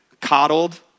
coddled